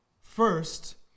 First